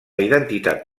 identitat